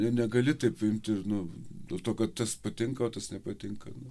negali taip imti ir nu dėl to kad tas patinka o tas nepatinka